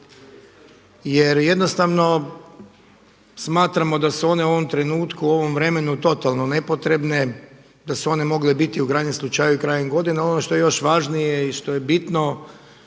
Jer jednostavno smatramo da su one u ovom trenutku u ovom vremenu totalno nepotrebne, da su one mogle biti u krajnjem slučaju krajem godine. Ono što je još važnije i što je bitno,